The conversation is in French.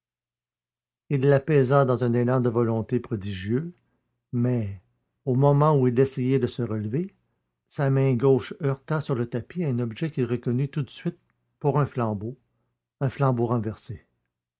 l'apaisa dans un élan de volonté prodigieux mais au moment où il essayait de se relever sa main gauche heurta sur le tapis un objet qu'il reconnut tout de suite pour un flambeau un flambeau renversé